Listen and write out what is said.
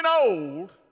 old